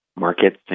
Markets